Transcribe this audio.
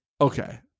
Okay